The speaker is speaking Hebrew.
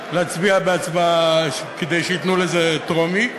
להצביע כדי שייתנו לזה טרומי,